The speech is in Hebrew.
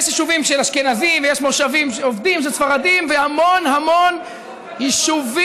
יש יישובים של אשכנזים ויש מושבי עובדים של ספרדים והמון המון יישובים,